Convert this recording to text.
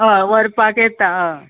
हय व्हरपाक येता हय